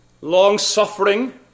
Long-suffering